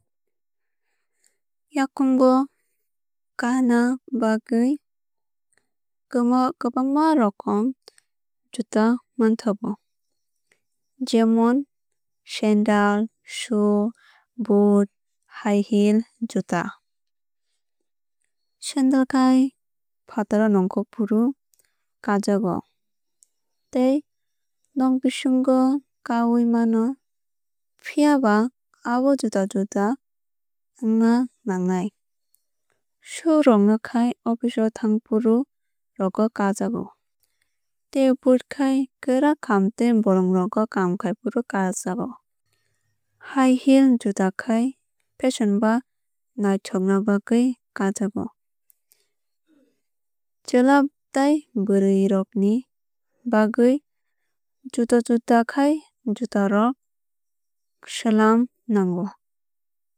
Yakungo kanna bagui kwbangma rokom juta manthogo jemon sandal shoe boot high heel juta. Sandal khai fataro nongkhorfru kajago tei nog bisingo kaiui mano phiaba abo juda juda ongna nangni. Shoe rok no khai office o thangfru rogo kajago tei boot khai kwrak kaam tei bolong rogo kaam khainafru kanjago. High heel juta khai fashion ba nathokna bagwui kanjago. Chwla tai bwbrwui rok ni bagwui juda juda khai juta rok swlam nango.